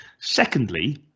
Secondly